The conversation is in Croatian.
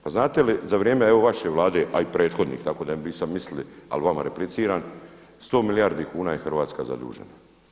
Pa znate li za vrijeme evo vaše Vlade a i prethodnih tako da vi ne bi sada mislili ali vama repliciram, 100 milijardi kuna je Hrvatska zadužena.